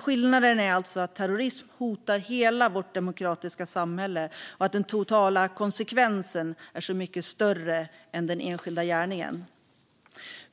Skillnaden är alltså att terrorism hotar hela vårt demokratiska samhälle och att den totala konsekvensen är så mycket större än den enskilda gärningen.